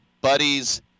buddies